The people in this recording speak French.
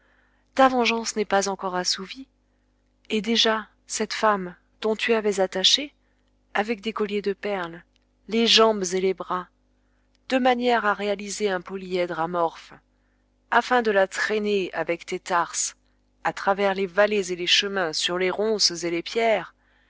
ta vengeance n'est pas encore assouvie et déjà cette femme dont tu avais attaché avec des colliers de perles les jambes et les bras de manière à réaliser un polyèdre amorphe afin de la traîner avec tes tarses à travers les vallées et les chemins sur les ronces et les pierres